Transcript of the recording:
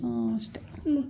ಅಷ್ಟೆ